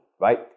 right